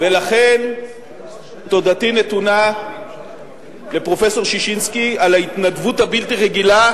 לכן תודתי נתונה לפרופסור ששינסקי על ההתנדבות הבלתי רגילה